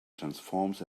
transforms